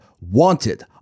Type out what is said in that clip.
Wanted